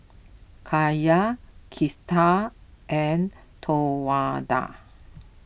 Kaia Kristal and Towanda